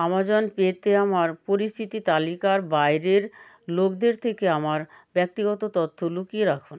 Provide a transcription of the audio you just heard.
Amazon পেতে আমার পরিচিতি তালিকার বাইরের লোকদের থেকে আমার ব্যক্তিগত তথ্য লুকিয়ে রাখুন